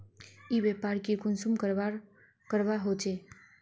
ई व्यापार की कुंसम करवार करवा होचे?